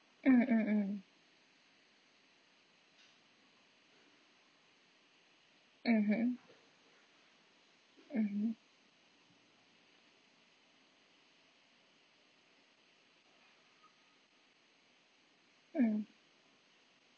mm mm mm mmhmm mmhmm mm